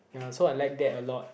ya so I lack that a lot